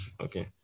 Okay